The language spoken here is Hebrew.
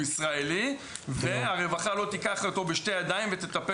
ישראלי ושהרווחה לא תיקח אותו בשתי ידיים ותטפל.